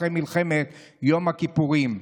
אחרי מלחמת יום הכיפורים.